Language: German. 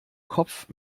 kopf